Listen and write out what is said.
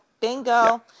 Bingo